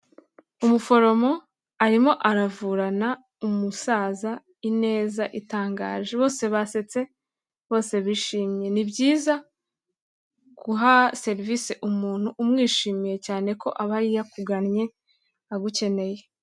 Umuforomo arimo aravurana umusaza ineza itangaje, bose basetse bose bishimye. Ni byiza guha serivise umuntu umwishimiye cyane ko aba yakugannye agukeneye.